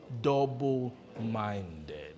double-minded